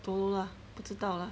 dont know lah 不知道 lah